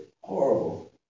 Horrible